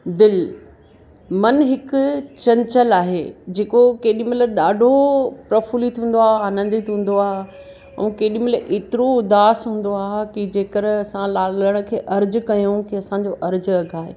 दिलि मन हिकु चंचल आहे जेको केॾीमहिल ॾाढो प्रफुल्लित हूंदो आहे आनंदित हूंदो आहे ऐं केॾीमहिल एतिरो उदास हूंदो आहे की जेकर असां लालण खे अर्ज़ु कयूं की असांजो अर्ज़ु अघाये